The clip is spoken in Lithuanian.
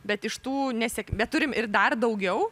bet iš tų nesėk ber turim ir dar daugiau